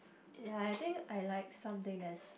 ya I think I like something that's